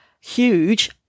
huge